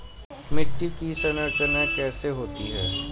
मिट्टी की संरचना कैसे होती है?